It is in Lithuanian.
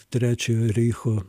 trečiojo reicho